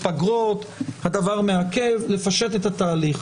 חוק שמאפשרת בעצם מתן פיצוי מקדמי לנפגעי ונפגעות עבירה